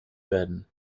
werden